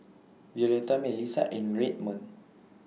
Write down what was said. Violetta Melissa and Redmond